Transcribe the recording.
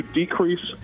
decrease